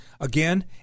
Again